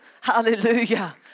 Hallelujah